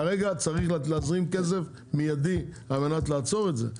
כרגע צריך להזרים כסף מידי על מנת לעצור את זה.